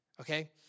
okay